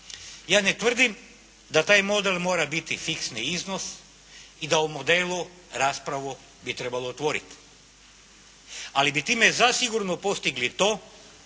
Ja ne tvrdim da taj model mora biti fiksni iznos i da o modelu raspravu bi trebalo otvoriti, ali bi time zasigurno postigli to